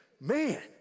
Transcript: Man